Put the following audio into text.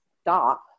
stop